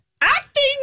acting